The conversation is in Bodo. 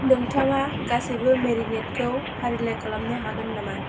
नोंथाङा गासैबो मेरिनेडखौ फारिलाइ खालामनो हागोन नामा